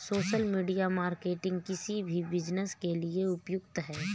social media marketing किसी भी business के लिए उपयुक्त है